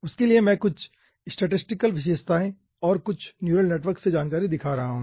उसके लिए मैं कुछ स्टैटिस्टिकल विशेषताएं और कुछ न्यूरल नेटवर्क से जानकारी दिखा रहा हूँ